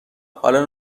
حالا